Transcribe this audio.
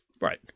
Right